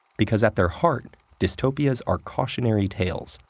because at their heart, dystopias are cautionary tales,